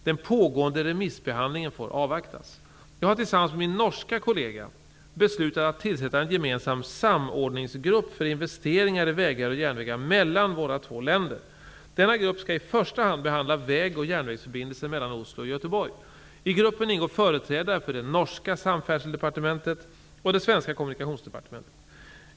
Den pågående remissbehandlingen får avvaktas. Jag har tillsammans med min norske kollega beslutat att tillsätta en gemensam samordningsgrupp för investeringar i vägar och järnvägar mellan våra två länder. Denna grupp skall i första hand behandla vägoch järnvägsförbindelsen mellan Oslo och Göteborg. I Kommunikationsdepartementet.